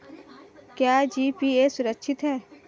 क्या जी.पी.ए सुरक्षित है?